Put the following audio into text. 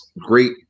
great